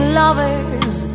lovers